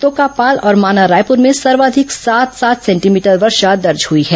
तोकापाल और माना रायपूर में सर्वाधिक सात सेंटीमीटर वर्षा दर्ज हुई है